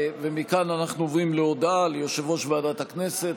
מכאן אנחנו עוברים להודעה של יושב-ראש ועדת הכנסת.